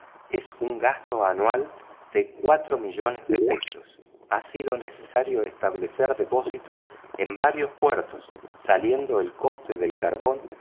es un gasto anual de ochocientas mil libras ha sido necesario establecer depósitos en varios puertos saliendo el costo del carbón